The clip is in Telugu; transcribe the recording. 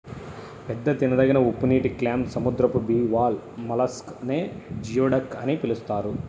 పెద్ద తినదగిన ఉప్పునీటి క్లామ్, సముద్రపు బివాల్వ్ మొలస్క్ నే జియోడక్ అని పిలుస్తారు